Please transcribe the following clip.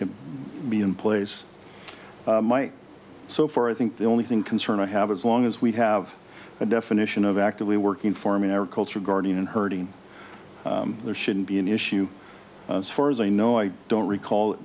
can be in place so far i think the only thing concern i have as long as we have a definition of actively working for him in our culture guardian hurting there shouldn't be an issue as far as i know i don't recall